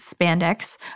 spandex